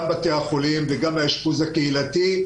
גם בתי החולים וגם האשפוז הקהילתי,